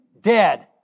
dead